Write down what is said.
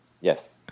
Yes